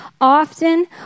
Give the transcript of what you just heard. often